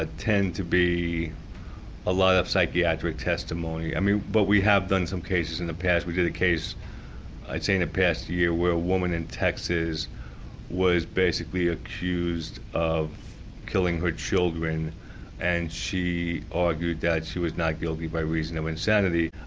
ah tend to be a lot of psychiatric testimony. but we have done some cases in the past, we did a case i'd say in the past year, where a woman in texas was basically accused of killing her children and she argued that she was not guilty by reason of insanity.